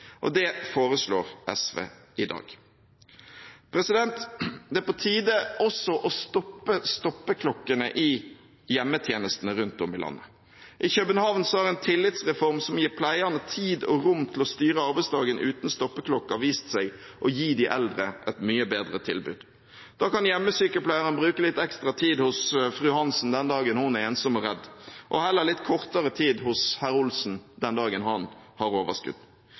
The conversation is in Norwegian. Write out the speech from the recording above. det. Det foreslår SV i dag. Det er på tide også å stoppe stoppeklokkene i hjemmetjenestene rundt om i landet. I København har en tillitsreform som gir pleierne tid og rom til å styre arbeidsdagen uten stoppeklokker, vist seg å gi de eldre et mye bedre tilbud. Da kan hjemmesykepleieren bruke litt ekstra tid hos fru Hansen den dagen hun er ensom og redd, og heller litt kortere tid hos herr Olsen den dagen han har overskudd.